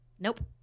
Nope